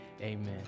Amen